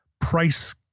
price